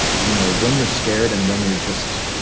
you know, when you're scared and when you're just,